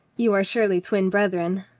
you are surely twin brethren?